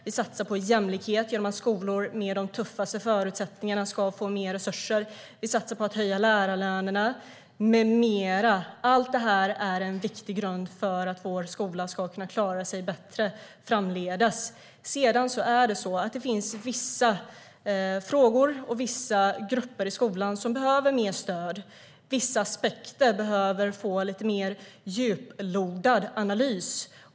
Vi satsar på jämlikhet genom att skolor med de tuffaste förutsättningarna får mer resurser. Vi satsar på att höja lärarlönerna med mera. Allt detta utgör en viktig grund för att vår skola ska klara sig bättre framdeles. Det finns vissa grupper i skolan som behöver mer stöd. Vissa aspekter behöver få en mer djuplodande analys.